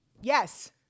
Yes